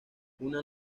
una